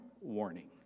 warning